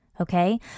Okay